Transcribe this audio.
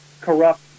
corrupt